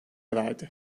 verdi